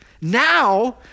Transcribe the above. Now